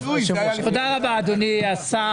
תודה רבה אדוני השר.